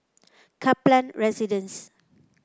Kaplan Residence